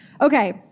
Okay